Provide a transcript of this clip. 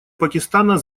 пакистана